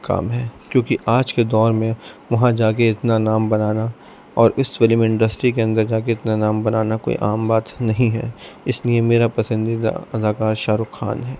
کام ہے کیوںکہ آج کے دور میں وہاں جا کے اتنا نام بنانا اور اس فلم انڈسٹری کے اندر جا کے اتنا نام بنانا کوئی عام بات نہیں ہے اس لیے میرا پسندیدہ اداکار شاہ رخ خان ہے